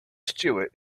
stuart